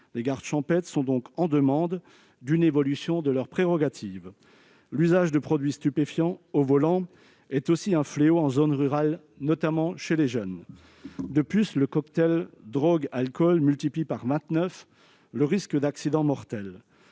Les gardes champêtres demandent donc une évolution de leurs prérogatives. L'usage de produits stupéfiants au volant est aussi un fléau en zone rurale, notamment chez les jeunes. De plus, le cocktail drogue-alcool multiplie par vingt-neuf le risque d'accident mortel.